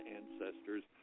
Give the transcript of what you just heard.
ancestors